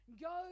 Go